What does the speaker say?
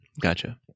Gotcha